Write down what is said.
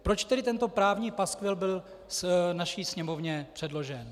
Proč tedy tento právní paskvil byl naší Sněmovně předložen?